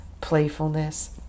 playfulness